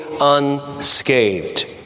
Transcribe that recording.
unscathed